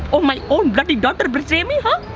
are my own bloody daughter betray me huh?